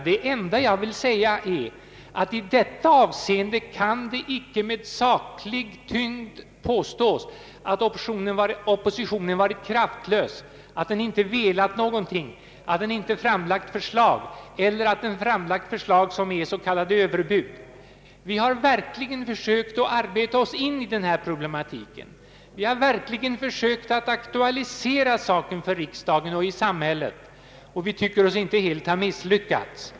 Men i detta avseende kan det inte med saklig tyngd påstås att oppositionen varit kraftlös, att den inte velat någonting, att den inte framlagt förslag eller framlagt förslag som är s.k. överbud. Vi har verkligen försökt att arbeta oss in i denna problematik och att aktualisera denna sak i riksdagen och samhället. Vi anser oss inte heller helt ha misslyckats.